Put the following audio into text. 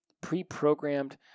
pre-programmed